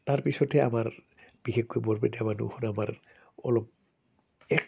তাৰপিছতে আমাৰ বিশেষকৈ বৰপেটীয়া মাানুহবোৰ আমাৰ অলপ এক